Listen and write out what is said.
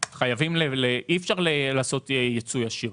אי אפשר לעשות ייצוא ישיר.